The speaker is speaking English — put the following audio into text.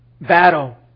battle